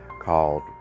called